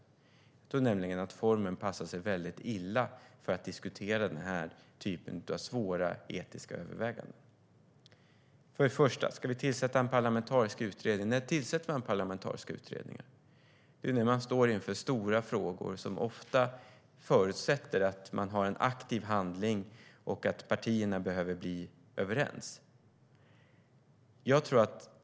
Jag tror nämligen att formen passar sig väldigt illa för att diskutera den här typen av svåra etiska överväganden. Först och främst: När tillsätter man parlamentariska utredningar? Det är när man står inför stora frågor som ofta förutsätter att man har en aktiv handling och att partierna behöver bli överens.